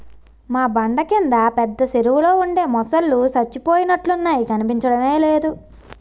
మా బండ కింద పెద్ద చెరువులో ఉండే మొసల్లు సచ్చిపోయినట్లున్నాయి కనిపించడమే లేదు